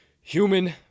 human